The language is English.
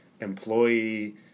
employee